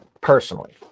Personally